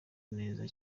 neza